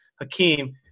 Hakeem